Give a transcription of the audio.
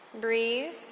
Breathe